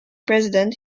president